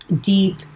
deep